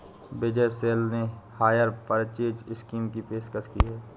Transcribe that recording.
विजय सेल्स ने hire purchase scheme की पेशकश की हैं